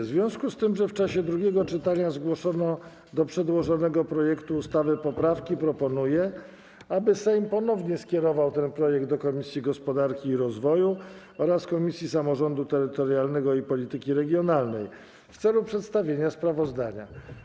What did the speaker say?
W związku z tym, że w czasie drugiego czytania zgłoszono do przedłożonego projektu ustawy poprawki, proponuję, aby Sejm ponownie skierował ten projekt do Komisji Gospodarki i Rozwoju oraz Komisji Samorządu Terytorialnego i Polityki Regionalnej w celu przedstawienia sprawozdania.